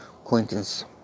Acquaintance